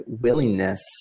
willingness